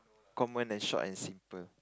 common and short and simple